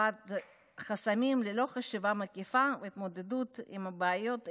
חסמים ללא חשיבה מקיפה להתמודדות עם הבעיות האלה,